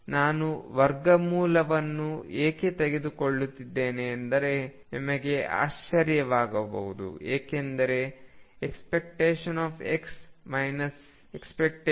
ನಾನು ವರ್ಗಮೂಲವನ್ನು ಏಕೆ ತೆಗೆದುಕೊಳ್ಳುತ್ತಿದ್ದೇನೆ ಎಂದು ನಿಮಗೆ ಆಶ್ಚರ್ಯವಾಗಬಹುದು ಏಕೆಂದರೆ ⟨x ⟨x⟩⟩0ಆಗಿರುತ್ತದೆ